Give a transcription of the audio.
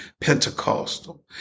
Pentecostal